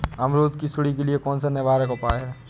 अमरूद की सुंडी के लिए कौन सा निवारक उपाय है?